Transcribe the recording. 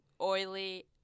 oily